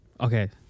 Okay